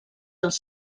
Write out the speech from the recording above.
els